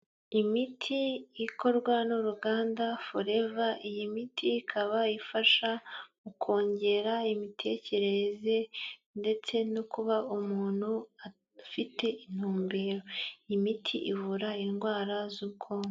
Imiti ikorwa n'uruganda Forever, iyi miti ikaba ifasha mu kongera imitekerereze, ndetse no kuba umuntu afite intumbero, imiti ivura indwara z'ubwonko.